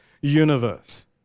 universe